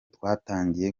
twatangiye